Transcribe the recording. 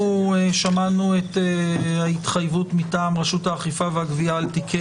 שמענו את ההתחייבות מטעם רשות האכיפה והגבייה על תיקי